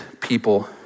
people